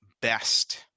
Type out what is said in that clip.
best